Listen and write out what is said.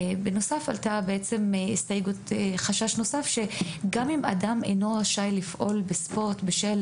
עלה חשש נוסף שגם אם אדם אינו רשאי לפעול בספורט בשל